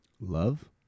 Love